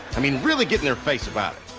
i mean, really get in their face about it.